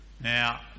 Now